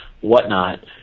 whatnot